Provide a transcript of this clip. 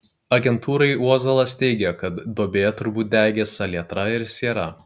agentūrai uozuolas teigė kad duobėje turbūt degė salietra ir siera